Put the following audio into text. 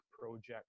project